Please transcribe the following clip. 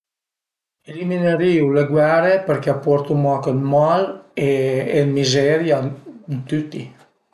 Eliminerìu le guere perché a portu mach 'd mal e mizeria ën tüti